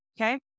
Okay